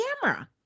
camera